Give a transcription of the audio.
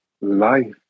life